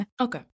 Okay